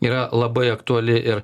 yra labai aktuali ir